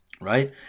right